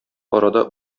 арада